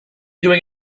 doing